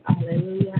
Hallelujah